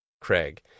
Craig